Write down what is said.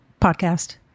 podcast